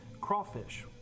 crawfish